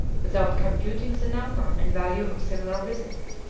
without computing the number and value of similar visits,